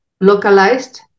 localized